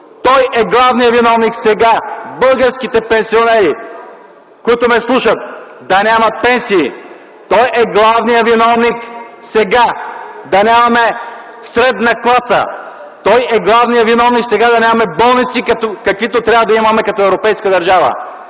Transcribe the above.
Той е главният виновник сега българските пенсионери, които ме слушат, да нямат пенсии. Той е главният виновник сега да нямаме средна класа. Той е главният виновник сега да нямаме болници, каквито трябва да имаме като европейска държава.